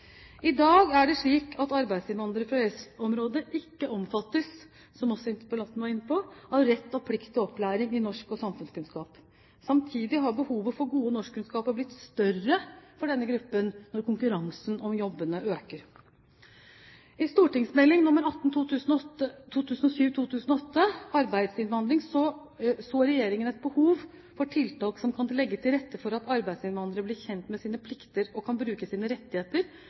I dag er det slik at arbeidsinnvandrere fra EØS-området ikke omfattes – som også interpellanten var inne på – av rett og plikt til opplæring i norsk og samfunnskunnskap. Samtidig kan behovet for gode norskkunnskaper bli større for denne gruppen når konkurransen om jobbene øker. I St.meld. nr. 18 for 2007–2008, Arbeidsinnvandring, så regjeringen et behov for tiltak som kan legge til rette for at arbeidsinnvandrere blir kjent med sine plikter og kan bruke sine rettigheter